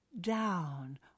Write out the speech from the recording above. down